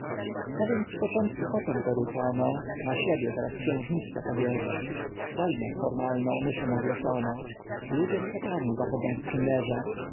co więc z początku kotom poruczono na siebie teraz xiężniczka to bierze wojnę formalną myszom ogłoszono ludzie z kotami zachodzą w przymierze